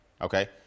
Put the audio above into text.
Okay